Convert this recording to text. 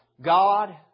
God